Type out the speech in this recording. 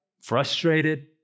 frustrated